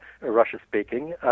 Russia-speaking